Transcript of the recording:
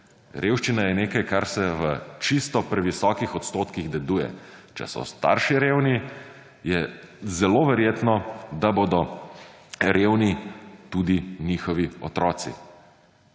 Revščina je nekaj, kar se v čisto previsokih odstotkih deduje. Če so starši revni, je zelo verjetno, da bodo revni tudi njihovi otroci.